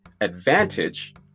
advantage